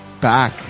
back